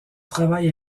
travail